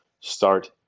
start